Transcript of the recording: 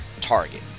Target